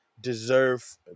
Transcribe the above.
deserve